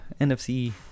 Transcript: NFC